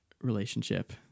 relationship